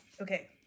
Okay